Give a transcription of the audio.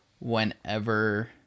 whenever